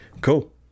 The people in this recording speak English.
cool